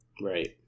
Right